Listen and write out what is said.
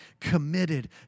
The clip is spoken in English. committed